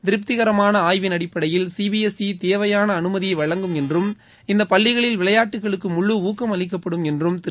திருப்திகரமான ஆய்வின் அடிப்படையில் சிபிஎஸ்இ தேவையான அனுமதியை வழங்கும் என்றும் இந்த பள்ளிகளில் விளையாட்டுகளுக்கு முழு ஊக்கம் அளிக்கப்படும் என்றும் திரு